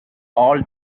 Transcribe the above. all